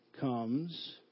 comes